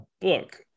book